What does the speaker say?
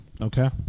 Okay